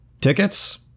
Tickets